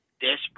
desperate